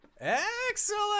excellent